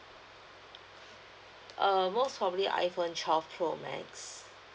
err most probably iphone twelve pro max